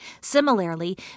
Similarly